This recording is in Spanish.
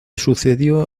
sucedió